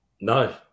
No